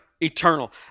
eternal